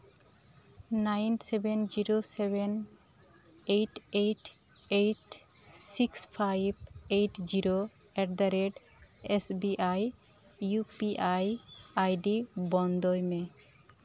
nine seven zero seven eight eight zero six five eight zero at the rate U P I S B I ID ᱵᱚᱱᱫᱚᱭ ᱢᱮ